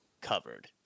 covered